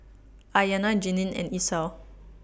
Aryanna Jeanine and Esau